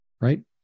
right